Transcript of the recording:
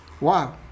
Wow